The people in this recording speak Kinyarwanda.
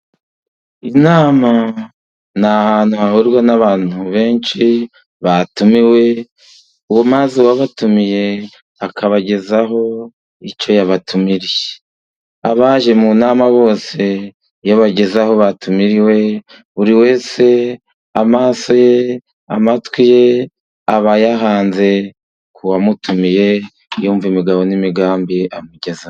Inama ni ahantu hahurirwa n'abantu benshi batumiwe, maze uwabatumiye akabagezaho icyo yabatumiriye, abaje mu nama bose yabageza aho batumiriwe, buri wese amaso ye, amatwi ye, aba ayahanze kuwamutumiye yumva imigabo n'imigambi amugezaho.